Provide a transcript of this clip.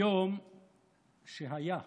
היום שהיה,